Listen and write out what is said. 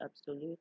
absolute